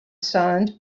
sound